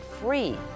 free